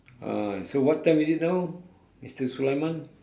ah so what time is it now mister sulaiman